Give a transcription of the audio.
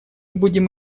будем